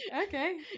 okay